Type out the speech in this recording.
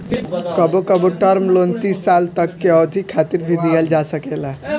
कबो कबो term loan तीस साल तक के अवधि खातिर भी दीहल जा सकेला